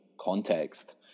context